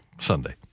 Sunday